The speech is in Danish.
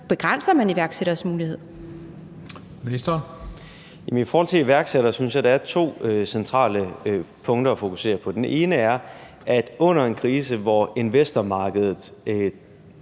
Erhvervsministeren (Simon Kollerup): I forhold til iværksættere synes jeg, der er to centrale punkter at fokusere på. Det ene er, at under en krise, hvor investormarkedet